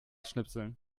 schnipseln